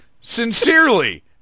sincerely